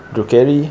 drew carey